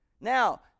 Now